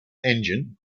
engine